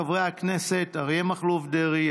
חברי הכנסת אריה מכלוף דרעי,